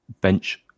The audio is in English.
bench